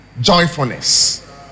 joyfulness